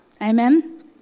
Amen